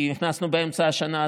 כי נכנסנו באמצע השנה,